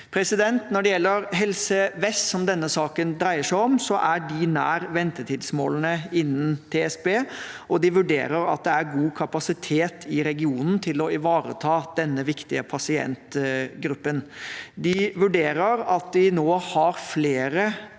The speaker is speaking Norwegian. tidligere. Når det gjelder Helse vest, som denne saken dreier seg om, er de nær ventetidsmålene innen TSB, og de vurderer at det er god kapasitet i regionen til å ivareta denne viktige pasientgruppen. De vurderer at de nå har flere